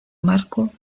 marco